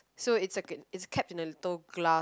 so it's like a it's kept in a little glass